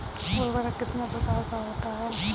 उर्वरक कितने प्रकार का होता है?